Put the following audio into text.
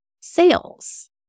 sales